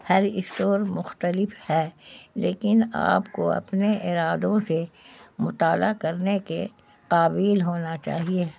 ہر store مختلف ہے لیکن آپ کو اپنے ارادوں سے مطالعہ کرنے کے قابل ہونا چاہیے